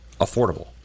affordable